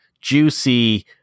juicy